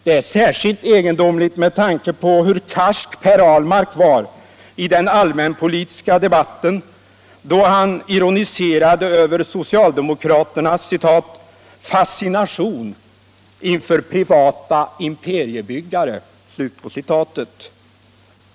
Det är särskilt egendomligt med tanke på hur karsk Per Ahlmark var i den allmänpolitiska debatten, då han ironiserade över socialdemokraternas ”fascination inför privata imperiebyggare”.